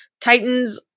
Titans